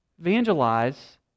evangelize